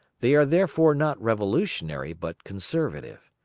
they are therefore not revolutionary, but conservative.